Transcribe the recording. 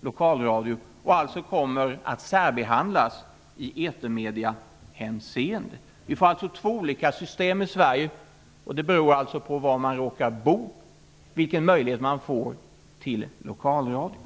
lokalradio som finns i landet i övrigt och alltså kommer att särbehandlas i etermediahänseende. Vi får två olika system i Sverige, och det beror alltså på var man råkar bo vilken möjlighet man får till lokalradio.